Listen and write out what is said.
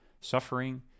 Suffering